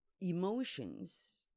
emotions